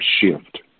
shift